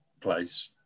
place